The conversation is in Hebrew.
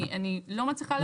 אני לא מצליחה להבין.